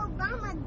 Obama